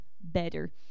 better